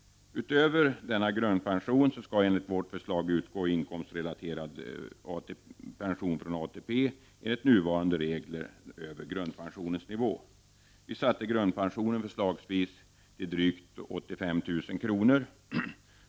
Utöver denna grundpension skall enligt vårt förslag utgå inkomstrelaterad pension från ATP enligt nuvarande regler över grundpensionens nivå. Vi satte grundpensionen förslagsvis till drygt 85 000 kr.